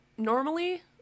normally